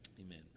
Amen